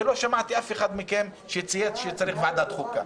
ולא שמעתי אף אחד מכם שצייץ שצריך ועדת חוקה.